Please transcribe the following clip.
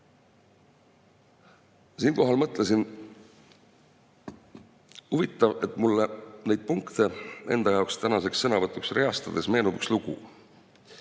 Siinkohal mõtlesin: huvitav, et mulle neid punkte enda jaoks tänaseks sõnavõtuks reastades meenub üks lugu.